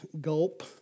gulp